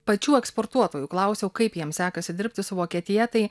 pačių eksportuotojų klausiau kaip jiems sekasi dirbti su vokietija tai